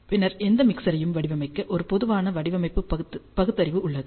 பின்னர் எந்த மிக்சரையும் வடிவமைக்க ஒரு பொதுவான வடிவமைப்பு பகுத்தறிவு உள்ளது